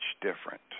different